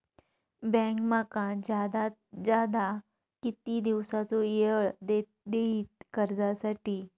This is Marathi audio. बँक माका जादात जादा किती दिवसाचो येळ देयीत कर्जासाठी?